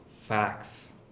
facts